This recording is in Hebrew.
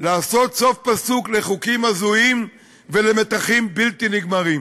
לעשות סוף פסוק לחוקים הזויים ולמתחים בלתי נגמרים,